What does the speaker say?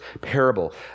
parable